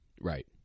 Right